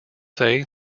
say